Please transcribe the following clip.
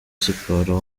siporo